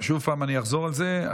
שוב אני אחזור על זה,